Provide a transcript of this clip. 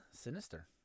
Sinister